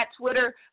Twitter